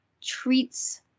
treats